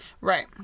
right